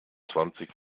zwanzig